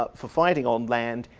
ah for fighting on land,